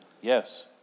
yes